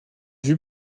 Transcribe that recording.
vue